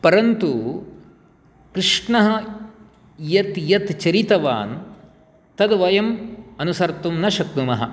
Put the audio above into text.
परन्तु कृष्णः यत् यत् चरितवान् तद् वयम् अनुसर्तुं न शक्नुमः